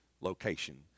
location